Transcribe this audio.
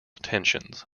tensions